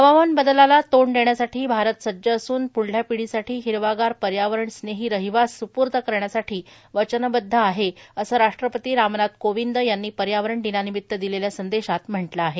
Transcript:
हवामान बदलाला तोंड देण्यासाठी भारत सज्ज असून प्ढल्या पिढीसाठी हिरवागार पर्यावरणस्नेही रहिवास स्पूर्द करण्यासाठी वचनबद्ध आहे असं राष्ट्रपती रामनाथ कोविंद यांनी पर्यावरण दिनानिमित दिलेल्या संदेशात म्हटलं आहे